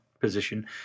position